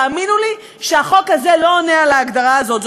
תאמינו לי שהחוק הזה לא עונה על ההגדרה הזאת.